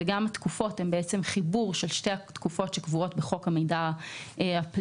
וגם התקופות הן בעצם חיבור של שתי התקופות שקבועות בחוק המידע הפלילי.